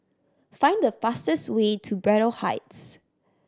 find the fastest way to Braddell Heights